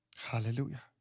Hallelujah